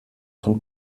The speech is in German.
von